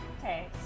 Okay